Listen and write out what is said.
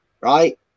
Right